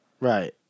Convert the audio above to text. Right